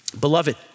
Beloved